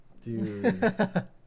Dude